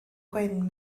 gwyn